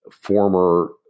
former